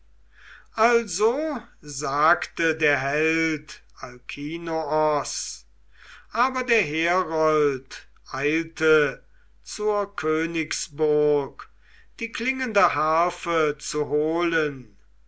also sagte der held alkinoos aber der herold eilte zur königsburg die klingende harfe zu holen